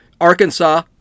Arkansas